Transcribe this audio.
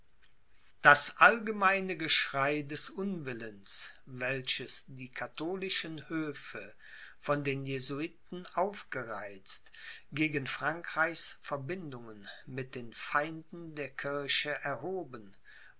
das allgemeine geschrei des unwillens welches die katholischen höfe von den jesuiten aufgereizt gegen frankreichs verbindungen mit den feinden der kirche erhoben